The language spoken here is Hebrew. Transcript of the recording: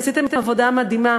כי עשיתם עבודה מדהימה.